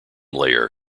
layer